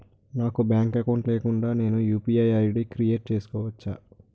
నాకు bank account లేకుండా నేను యు.పి.ఐ ఐ.డి క్రియేట్ చేసుకోవచ్చా?